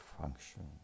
function